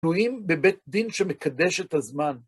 תלויים בבית דין שמקדש את הזמן.